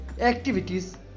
activities